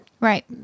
right